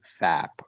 FAP